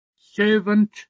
Servant